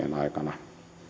vuosien aikana